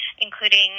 including